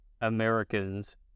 Americans